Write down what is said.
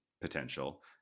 potential